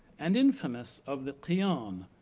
and infamous of the qiyan,